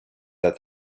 that